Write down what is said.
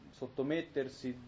sottomettersi